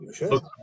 Look